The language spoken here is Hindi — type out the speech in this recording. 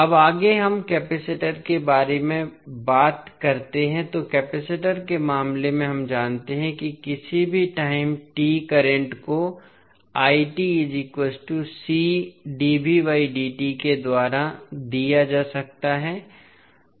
अब आगे हम कपैसिटर के बारे में बात करते हैं तो कपैसिटर के मामले में हम जानते हैं कि किसी भी टाइम t करंट को के द्वारा दिया जा सकता है